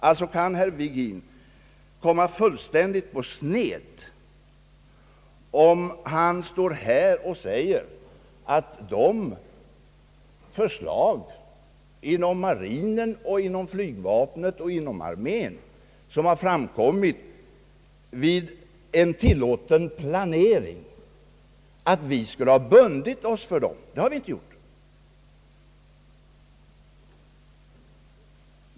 Herr Virgin kan alltså komma fullständigt på sned, om han står här och säger att vi skulle ha bundit oss för de förslag inom marinen, flygvapnet och armén, som har framkommit vid en tillåten planering. Det har vi inte alls gjort.